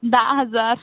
दहा हजार